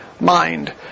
mind